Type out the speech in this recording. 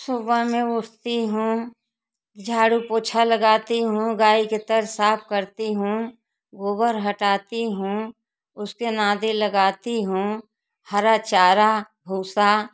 सुबह मैं उठती हूँ झाड़ू पोछा लगती हूँ गाय के तर साफ करती हूँ गोबर हटाती हूँ उसके नादे लगाती हूँ हरा चारा भूसा